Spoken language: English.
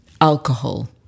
alcohol